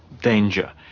danger